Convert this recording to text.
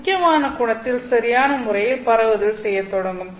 முக்கியமான கோணத்தில் சரியான முறையில் பரவுதல் செய்யத் தொடங்கும்